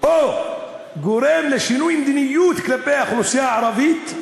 או גורם לשינוי מדיניות כלפי האוכלוסייה הערבית,